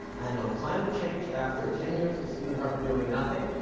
and on climate change, after ten years of stephen harper doing nothing,